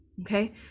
Okay